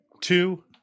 two